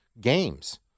games